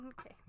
Okay